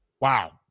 Wow